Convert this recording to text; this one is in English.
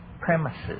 premises